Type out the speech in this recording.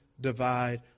divide